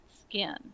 skin